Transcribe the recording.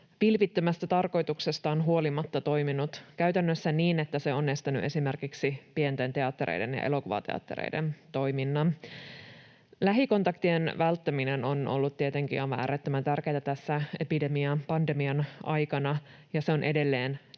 vilpittömästä tarkoituksestaan huolimatta toiminut käytännössä niin, että se on estänyt esimerkiksi pienten teattereiden ja elokuvateattereiden toiminnan. Lähikontaktien välttäminen on ollut tietenkin aivan äärettömän tärkeätä tässä epidemian, pandemian, aikana, ja se on edelleen tärkeää.